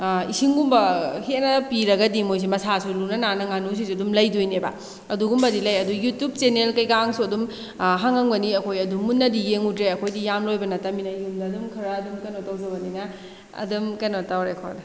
ꯏꯁꯤꯡꯒꯨꯝꯕ ꯍꯦꯟꯅ ꯄꯤꯔꯒꯗꯤ ꯃꯣꯏꯁꯤ ꯃꯁꯥꯁꯨ ꯂꯨꯅ ꯅꯥꯟꯅ ꯉꯥꯅꯨꯁꯤꯁꯨ ꯑꯗꯨꯝ ꯂꯩꯗꯣꯏꯅꯦꯕ ꯑꯗꯨꯒꯨꯝꯕꯗꯤ ꯂꯩ ꯌꯨꯇ꯭ꯌꯨꯞ ꯆꯦꯟꯅꯦꯜ ꯀꯩꯀꯥꯡꯁꯨ ꯑꯗꯨꯝ ꯍꯥꯡꯉꯝꯒꯅꯤ ꯑꯩꯈꯣꯏ ꯑꯗꯣ ꯃꯨꯟꯅꯗꯤ ꯌꯦꯡꯉꯨꯗ꯭ꯔꯦ ꯑꯩꯈꯣꯏꯗꯤ ꯌꯥꯝ ꯂꯣꯏꯕ ꯅꯠꯇꯃꯤꯅ ꯌꯨꯝꯗ ꯑꯗꯨꯝ ꯈꯔ ꯑꯗꯨꯝ ꯈꯔ ꯀꯩꯅꯣ ꯇꯧꯖꯕꯅꯤꯅ ꯑꯗꯨꯝ ꯀꯩꯅꯣ ꯇꯧꯔꯦ ꯈꯣꯠꯂꯦ